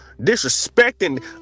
Disrespecting